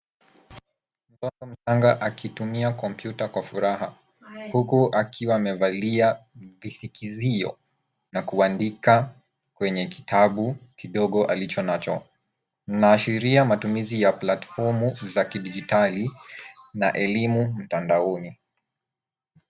Mtoto mchanga akitumia kompyuta kwa furaha, huku akiwa amevalia visikizio na kuandika kwenye kitabu kidogo alichonacho. Inaashiria matumizi ya platfomu za kidijitali na elimu mtandaoni.